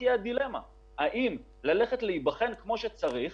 תהיה הדילמה - האם ללכת להיבחן כמו שצריך,